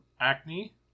acne